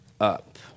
up